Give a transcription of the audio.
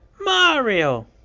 Mario